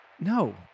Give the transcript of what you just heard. No